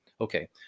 Okay